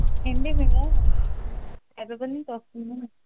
ఏవండి మేము హైదరాబాద్ నుంచి వస్తున్నాము